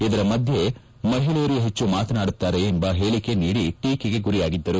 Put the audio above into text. ಇದರ ಮಧ್ಯೆ ಮಹಿಳೆಯರು ಹೆಚ್ಚು ಮಾತನಾಡುತ್ತಾರೆ ಎಂಬ ಹೇಳಿಕೆ ನೀಡಿ ಟೀಕೆಗೆ ಯಷಿರೋ ಗುರಿಯಾಗಿದ್ದರು